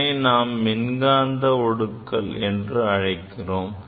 இதனை நாம் மின்காந்த ஒடுக்கல் என்று அழைக்கிறோம்